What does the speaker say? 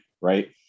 Right